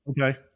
okay